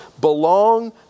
belong